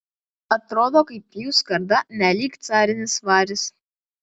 atrodo kaip jų skarda nelyg carinis varis